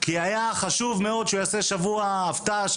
היה חשוב מאוד שהוא יעשה שבוע אבט"ש.